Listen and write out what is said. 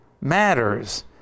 matters